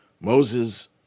Moses